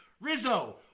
Rizzo